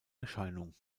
erscheinung